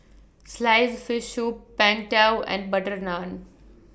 Sliced Fish Soup Png Tao and Butter Naan